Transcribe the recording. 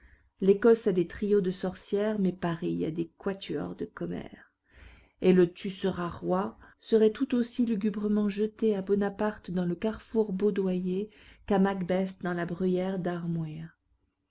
l'écosse a des trios de sorcières mais paris a des quatuor de commères et le tu seras roi serait tout aussi lugubrement jeté à bonaparte dans le carrefour baudoyer qu'à macbeth dans la bruyère d'armuyr